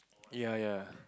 ya ya